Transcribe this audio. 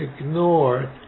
ignored